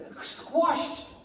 squashed